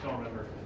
remember.